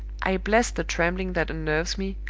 i bless the trembling that unnerves me!